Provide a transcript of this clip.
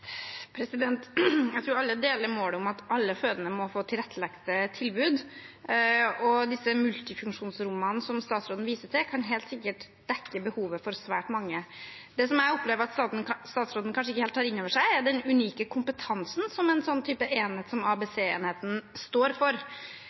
Jeg tror alle deler målet om at alle fødende må få tilrettelagte tilbud, og disse multifunksjonsrommene statsråden viser til, kan helt sikkert dekke behovet for svært mange. Det jeg opplever at statsråden kanskje ikke helt tar innover seg, er den unike kompetansen en enhet som ABC-enheten har. I en kronikk i Aftenposten i går var det fem overleger fra fødeavdelingen på Ullevål som